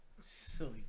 Silly